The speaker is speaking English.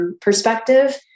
perspective